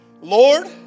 Lord